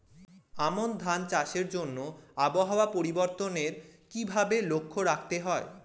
আমন ধান চাষের জন্য আবহাওয়া পরিবর্তনের কিভাবে লক্ষ্য রাখতে হয়?